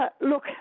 Look